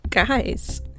guys